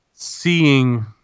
Seeing